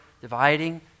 dividing